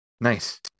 Nice